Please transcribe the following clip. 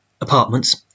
apartments